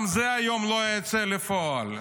גם זה היום לא יצא לפועל,